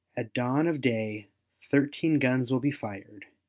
at dawn of day thirteen guns will be fired,